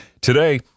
Today